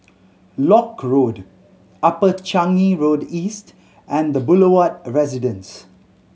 Lock Road Upper Changi Road East and The Boulevard Residence